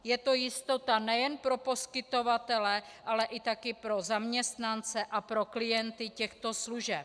Je to jistota nejen pro poskytovatele, ale taky pro zaměstnance a pro klienty těchto služeb.